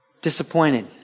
disappointed